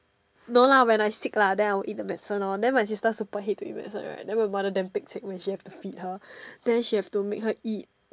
no lah when I sick lah then I'll eat the medicine lor then my sister super hate to eat medicine right the my mother damn pek-cek when she have to fee her then she have to make her eat